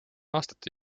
aastate